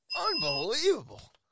Unbelievable